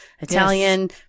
Italian